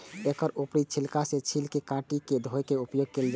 एकर ऊपरी छिलका के छील के काटि के धोय के उपयोग कैल जाए छै